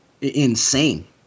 insane